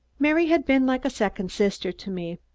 mary has been like a second sister to me.